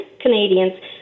Canadians